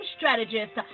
Strategist